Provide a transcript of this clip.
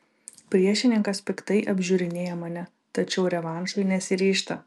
priešininkas piktai apžiūrinėja mane tačiau revanšui nesiryžta